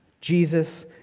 Jesus